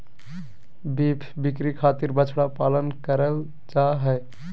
beef बिक्री खातिर बछड़ा पालन करल जा हय